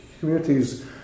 Communities